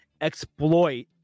exploit